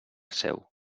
seu